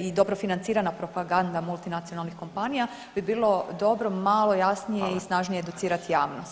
i dobro financirana propaganda multinacionalnih kompanija bi bilo dobro malo jasnije i snažnije educirati javnost.